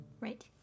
Right